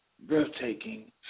Breathtaking